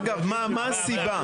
אגב, מה, מה הסיבה?